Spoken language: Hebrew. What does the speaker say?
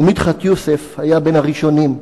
ומדחת יוסף היה בין הראשונים.